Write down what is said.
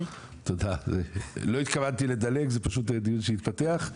לא התכוונתי לדלג, זה פשוט דיון שהתפתח.